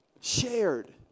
shared